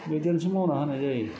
मैदेरनोसो मावना होनाय जायो